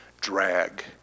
drag